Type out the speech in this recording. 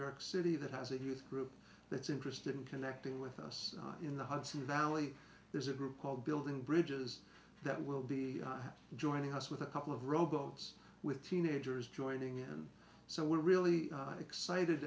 york city that has a youth group that's interested in connecting with us in the hudson valley there's a group called building bridges that will be joining us with a couple of robots with teenagers joining in and so we're really excited